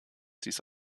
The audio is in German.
dies